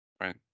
Right